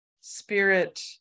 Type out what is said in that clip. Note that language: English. spirit